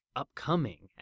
upcoming